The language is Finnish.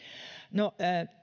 no